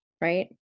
Right